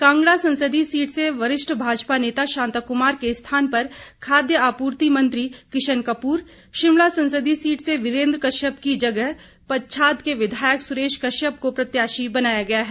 कांगड़ा संसदीय सीट से वरिष्ठ भाजपा नेता शांता कुमार के स्थान पर खाद्य आपूर्ति मंत्री किशन कपूर शिमला संसदीय सीट से वीरेंद्र कश्यप की जगह पच्छाद के विधायक सुरेश कश्यप को प्रत्याशी बनाया गया है